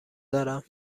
دارم